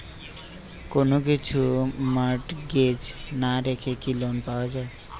কোন কিছু মর্টগেজ না রেখে কি লোন পাওয়া য়ায়?